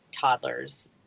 toddlers